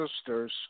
sisters